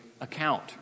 account